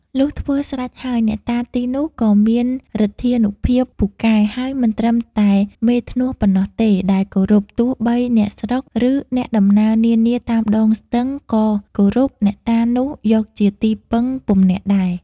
លុះធ្វើស្រេចហើយ អ្នកតាទីនោះ ក៏មានឫទ្ធានុភាពពូកែ ហើយមិនត្រឹមតែមេធ្នស់ប៉ុណ្ណោះទេ ដែលគោរព ទោះបីអ្នកស្រុក ឬអ្នកដំណើរនានាតាមដងស្ទឹង ក៏គោរព អ្នកតានោះ យកជាទីពឹងពំនាក់ដែរ ។